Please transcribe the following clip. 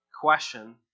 question